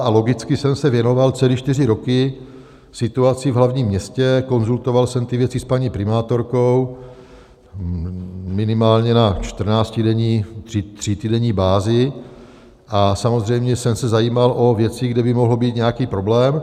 A logicky jsem se věnoval celé čtyři roky situaci v hlavním městě, konzultoval jsem ty věci s paní primátorkou minimálně na čtrnáctidenní, třítýdenní bázi a samozřejmě jsem se zajímal o věci, kde by mohl být nějaký problém.